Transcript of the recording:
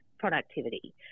productivity